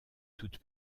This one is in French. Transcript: toute